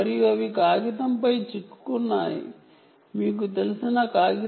మరియు అవి కాగితంపై చిక్కుకున్నాయి